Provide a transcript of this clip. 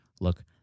look